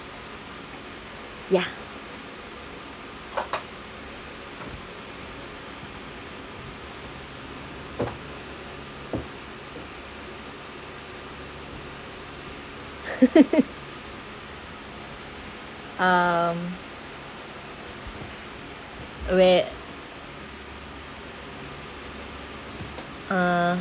ya um oh where uh